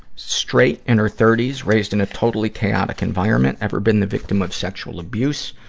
straight, in her thirty s, raised in a totally chaotic environment. ever been the victim of sexual abuse?